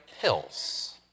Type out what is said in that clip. pills